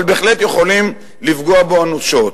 אבל בהחלט יכולים לפגוע בו אנושות.